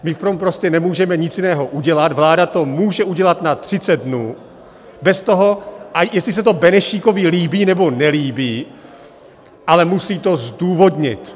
My v tom prostě nemůžeme nic jiného udělat, vláda to může udělat na 30 dnů bez toho, jestli se to Benešíkovi líbí, nebo nelíbí, ale musí to zdůvodnit.